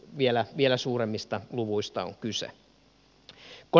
ehkä vielä suuremmista luvuista on kyse